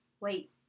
wait